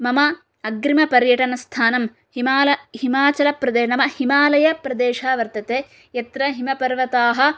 मम अग्रिमपर्यटनस्थानं हिमाल हिमाचलप्रदे नाम हिमालयप्रदेशः वर्तते यत्र हिमपर्वताः